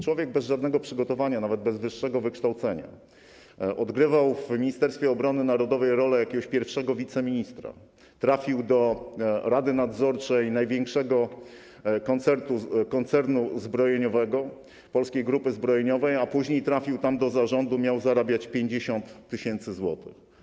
Człowiek bez żadnego przygotowania, nawet bez wyższego wykształcenia, odgrywał w Ministerstwie Obrony Narodowej rolę jakiegoś pierwszego wiceministra, trafił do rady nadzorczej największego koncernu zbrojeniowego, czyli Polskiej Grupy Zbrojeniowej, a później trafił tam do zarządu, miał zarabiać 50 tys. zł.